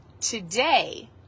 today